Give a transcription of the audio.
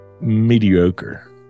mediocre